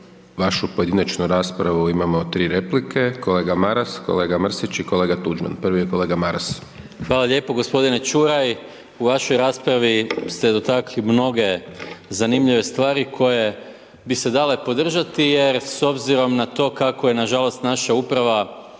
vašu pojedinačnu raspravu imamo tri replike, kolega Maras, kolega Mrsić i kolega Tuđman. Prvi je kolega Maras. **Maras, Gordan (SDP)** Hvala lijepo, gospodine Ćuraj u vašoj raspravi ste dotakli mnoge zanimljive stvari koje bi se dale podržati jer s obzirom na to kako je nažalost naša uprava